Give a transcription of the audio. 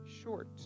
short